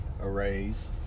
arrays